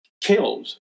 killed